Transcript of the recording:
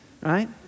right